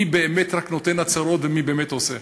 מי באמת רק נותן הצהרות ומי באמת עושה.